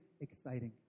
exciting